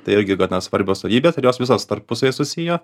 tai irgi gana svarbios savybės ir jos visos tarpusavyje susiję